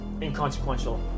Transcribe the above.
inconsequential